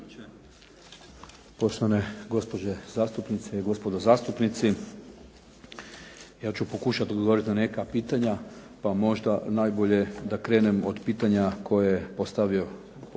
poštovane gospođe zastupnice i gospodo zastupnici. Ja ću pokušati odgovoriti na neka pitanja pa možda najbolje da krenem od pitanja koje je postavio uvaženi